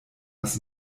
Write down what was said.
was